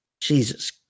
Jesus